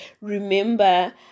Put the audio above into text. remember